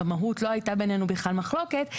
במהות לא הייתה בינינו בכלל מחלוקת,